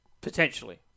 Potentially